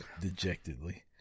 dejectedly